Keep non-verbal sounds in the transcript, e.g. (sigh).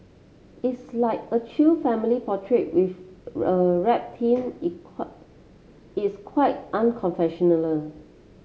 it's like a chill family portrait with a rap theme (unintelligible) it's quite (unintelligible)